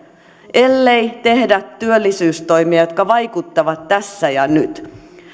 ellei tehdä työllisyystoimia jotka vaikuttavat tässä ja nyt niin